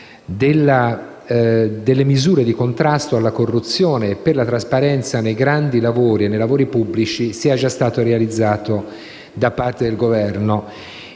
delle misure di contrasto alla corruzione e per la trasparenza nei grandi lavori e nei lavori pubblici, è già stato realizzato da parte del Governo.